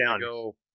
go